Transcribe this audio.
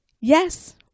Yes